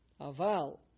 Aval